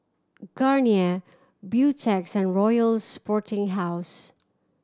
Garnier Beautex and Royal Sporting House